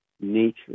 nature